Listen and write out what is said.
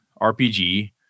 RPG